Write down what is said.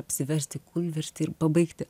apsiversti kūlvirstį ir pabaigti